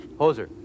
Hoser